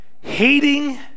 Hating